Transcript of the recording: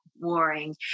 warring